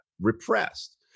repressed